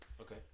Okay